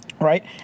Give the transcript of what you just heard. right